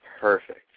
perfect